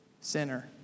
sinner